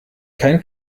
kein